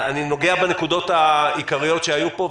אני נוגע בנקודות העיקריות שהיו פה,